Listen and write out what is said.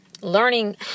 learning